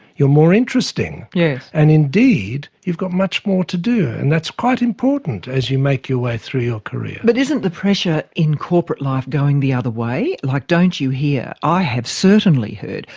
you're more interesting, yeah and indeed, you've got much more to do and that's quite important as you make your way through your career. but isn't the pressure in corporate life going the other way? like don't you hear, i have certainly heard,